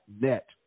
net